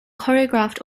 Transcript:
choreographed